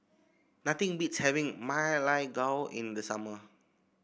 nothing beats having Ma Lai Gao in the summer